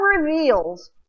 reveals